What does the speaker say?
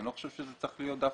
אני לא חושב שזה צריך להיות דווקא.